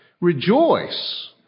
rejoice